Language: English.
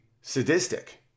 sadistic